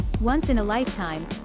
once-in-a-lifetime